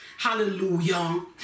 Hallelujah